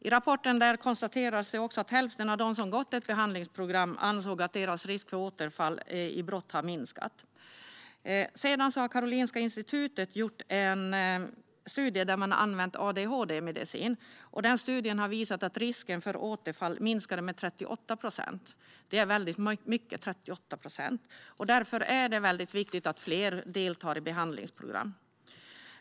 I rapporten konstateras att hälften av dem som deltagit i ett behandlingsprogram ansåg att risken för att de skulle återfalla i brott hade minskat. Karolinska Institutet har gjort en studie där man har använt adhd-medicin. Studien visade att risken för återfall minskade med 38 procent. Detta är en väldigt stor minskning, och därför är det väldigt viktigt att fler deltar i behandlingsprogram.